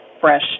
fresh